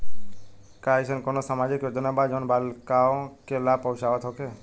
का एइसन कौनो सामाजिक योजना बा जउन बालिकाओं के लाभ पहुँचावत होखे?